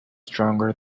stronger